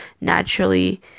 naturally